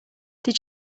did